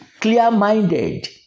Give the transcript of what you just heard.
clear-minded